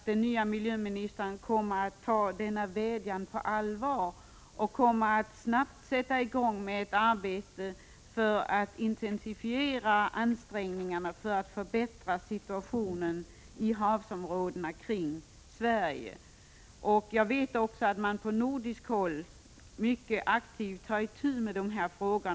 Den nya miljöministern kommer säkert att ta denna vädjan på allvar och snabbt sätta i gång ett arbete för att intensifiera ansträngningarna att förbättra situationen i havsområdena kring Sverige. Jag vet också att man på nordiskt plan mycket aktivt tar itu med dessa frågor.